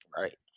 Right